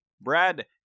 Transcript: brad